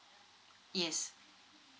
yes